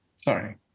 Sorry